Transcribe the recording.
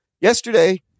yesterday